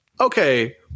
okay